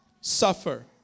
suffer